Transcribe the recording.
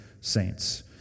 saints